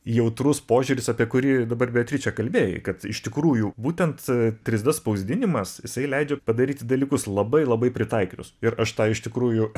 jautrus požiūris apie kurį dabar beatriče kalbėjai kad iš tikrųjų būtent trys d spausdinimas jisai leidžia padaryti dalykus labai labai pritaikytus ir aš tą iš tikrųjų